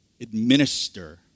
administer